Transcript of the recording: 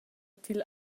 til